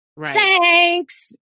thanks